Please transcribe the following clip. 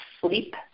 sleep